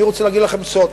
אני רוצה להגיד לכם סוד,